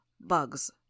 bugs